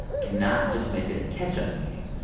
do not just make it a catch-up meeting.